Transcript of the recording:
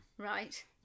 Right